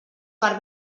per